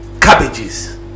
cabbages